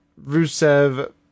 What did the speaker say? Rusev